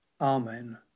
Amen